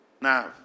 now